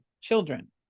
children